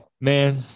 Man